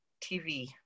TV